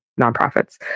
nonprofits